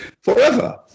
forever